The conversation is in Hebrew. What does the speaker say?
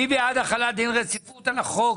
מי בעד החל דין רציפות על החוק,